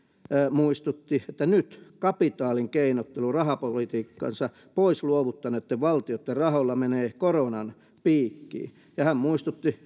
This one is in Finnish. muistutti nyt kapitaalin keinottelu rahapolitiikkansa pois luovuttaneiden valtioiden rahoilla menee koronan piikkiin hän muistutti